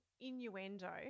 innuendo